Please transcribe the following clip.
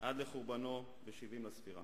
עד לחורבנו ב-70 לספירה.